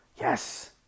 Yes